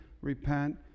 repent